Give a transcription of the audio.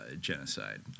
Genocide